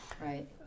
right